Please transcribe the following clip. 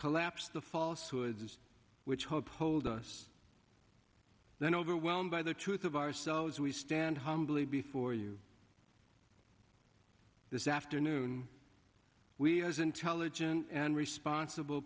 collapse the false hoods which help hold us then overwhelmed by the truth of ourselves we stand humbly before you this afternoon we as intelligent and responsible